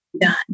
done